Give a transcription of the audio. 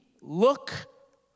look